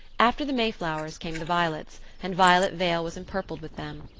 after the mayflowers came the violets, and violet vale was empurpled with them.